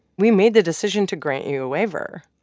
we made the decision to grant you a waiver.